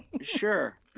sure